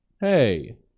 hey